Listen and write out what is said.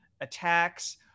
attacks